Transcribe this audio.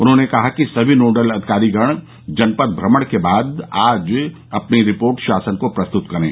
उन्होंने कहा कि समी नोडल अधिकारीगण जनपद भ्रमण के बाद आज अपनी रिपोर्ट शासन को प्रस्तुत करें